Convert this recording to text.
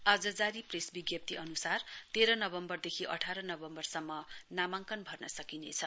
आज जारी प्रेस विज्पती अन्सार तेह्र नोभेम्वरदेखि अठार नोभेम्बरसम्म नामाङ्कन भर्न सकिनेछ